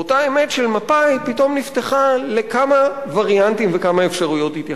ואותה אמת של מפא"י פתאום נפתחה לכמה וריאנטים וכמה אפשרויות התייחסות.